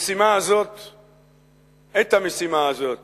את המשימה הזאת